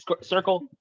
circle